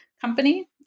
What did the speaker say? company